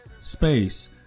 space